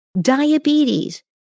diabetes